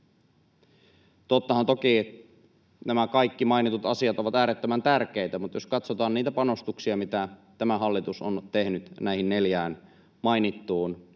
Tottahan toki nämä kaikki mainitut asiat ovat äärettömän tärkeitä, ja jos katsotaan niitä panostuksia, mitä tämä hallitus on tehnyt näihin neljään mainittuun